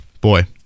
boy